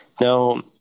Now